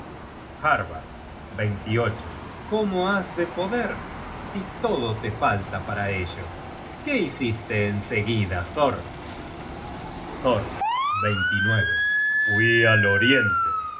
mataba harbard cómo has de poder si todo te falta para ello qué hiciste en seguida thor thor fui al oriente